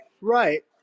right